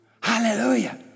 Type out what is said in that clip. hallelujah